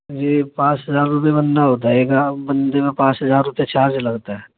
جی پانچ ہزار روپئے بندہ ہوتا ہے ایک بندے میں پانچ ہزار روپئے چارج لگتا ہے